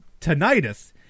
tinnitus